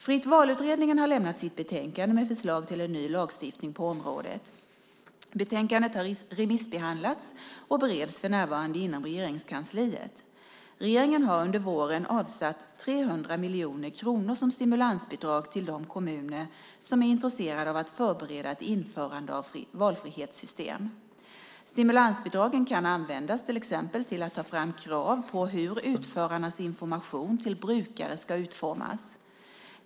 Fritt val-utredningen har lämnat sitt betänkande med förslag till en ny lagstiftning på området. Betänkandet har remissbehandlats och bereds för närvarande inom Regeringskansliet. Regeringen har under våren avsatt 300 miljoner kronor som stimulansbidrag till de kommuner som är intresserade av att förbereda ett införande av valfrihetssystem. Stimulansbidragen kan användas till exempel till att ta fram krav på hur utförarnas information till brukare ska utformas.